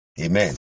Amen